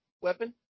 weapon